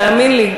תאמין לי.